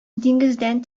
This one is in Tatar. диңгездән